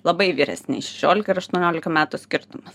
labai vyresniais šešiolika ir aštuoniolika metų skirtumas